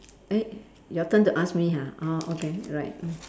eh your turn to ask me ha orh okay right